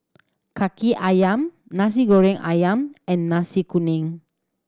Kaki Ayam Nasi Goreng Ayam and Nasi Kuning